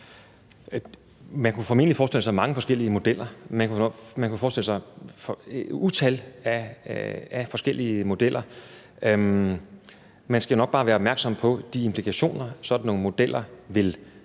Man kunne formentlig forestille sig mange forskellige modeller. Man kunne forestille sig et utal af forskellige modeller. Man skal nok bare være opmærksom på de implikationer, sådan nogle modeller vil medføre.